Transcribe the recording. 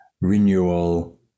renewal